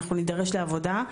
אנחנו נידרש לעבודה.